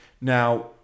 Now